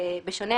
בשונה,